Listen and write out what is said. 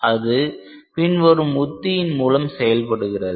அது பின்வரும் உத்தியின் மூலம் செயல்படுகிறது